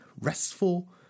restful